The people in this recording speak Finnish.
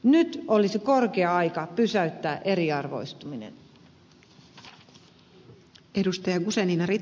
nyt olisi korkea aika pysäyttää eriarvoistuminen